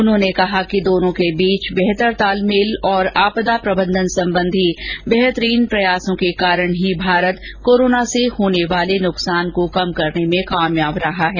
उन्होंने कहा कि दोनों के बीच बेहतर तालमेल और आपदा प्रबंधन संबंधी बेहतरीन प्रयासों के कारण ही भारत कोरोना से होने वाले नुकसान को कम करने में कामयाब रहा है